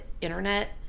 internet